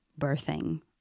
birthing